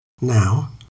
Now